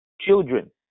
Children